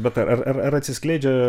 bet ar ar ar atsiskleidžia